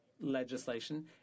legislation